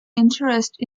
interest